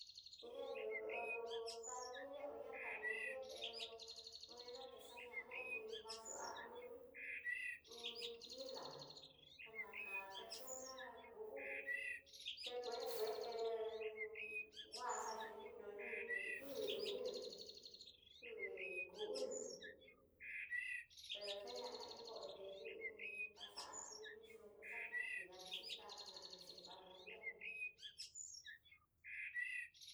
Ñayu'o familia oña familia pero nueña té xañana iin vaso atuli, iin tilá xana ká personá ku hú te kue kueté kuacha xhi ninó ni nru ni kikui ni ninó kui kú unó pero xe ñana iin kondeyú in taza atoli xo'o yuxa kidavixhii tad ñaxhi familianá.